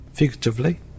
Figuratively